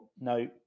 no